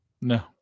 No